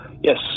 Yes